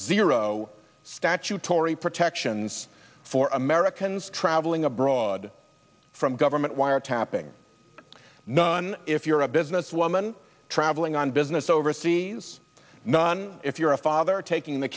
zero statutory protections for americans traveling abroad from government wiretapping none if you're a business woman traveling on business overseas none if you're a father taking the